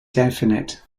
definite